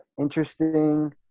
Interesting